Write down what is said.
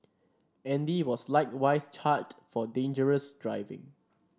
Andy was likewise charged for dangerous driving